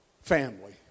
family